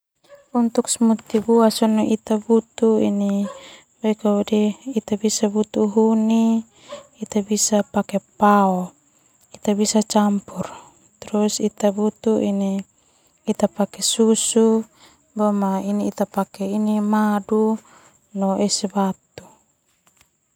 Ita butuh huni pake pao campur ita butuh pake susu ita pake madu no es batu.